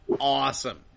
awesome